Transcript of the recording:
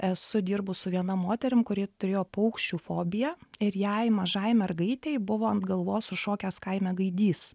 esu dirbus su viena moterim kuri turėjo paukščių fobiją ir jai mažai mergaitei buvo ant galvos užšokęs kaime gaidys